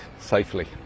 safely